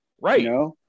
Right